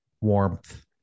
warmth